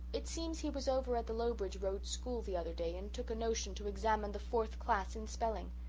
it seems he was over at the lowbridge road school the other day and took a notion to examine the fourth class in spelling.